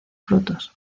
frutos